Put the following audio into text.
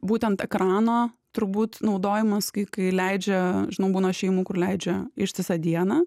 būtent ekrano turbūt naudojimas kai kai leidžia žinau būna šeimų kur leidžia ištisą dieną